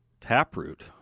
taproot